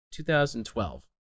2012